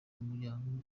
mugabo